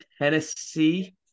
Tennessee –